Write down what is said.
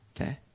Okay